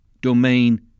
domain